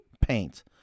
Paint